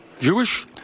Jewish